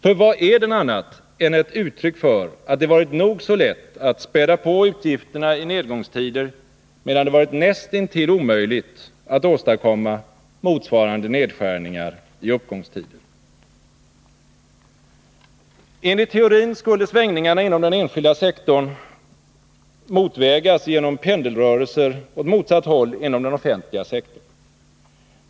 För vad är den annat än ett uttryck för att det varit nog så lätt att späda på utgifterna i nedgångsstider, medan det varit näst intill omöjligt att åstadkomma motsvarande nedskärningar i uppgångstider. Enligt teorin skulle svängningarna inom den enskilda sektorn motvägas genom pendelrörelser åt motsatt håll inom den offentliga sektorn.